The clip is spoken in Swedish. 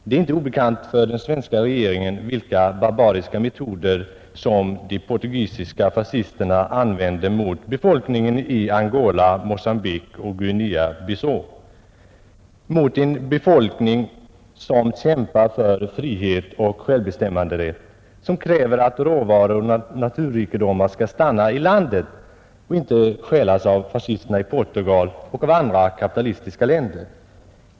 Det är inte obekant för den svenska regeringen vilka barbariska metoder som de portugisiska fascisterna använder mot befolkningen i Angola, Mogambique och Guinea-Bissau, mot en befolkning som kämpar för frihet och självbestämmanderätt, som kräver att råvaror och naturrikedomar skall stanna i landet och inte stjälas av fascisterna i Portugal och av andra kapitalistiska länder.